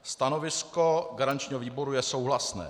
Stanovisko garančního výboru je souhlasné.